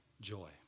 joy